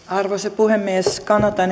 arvoisa puhemies kannatan